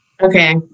Okay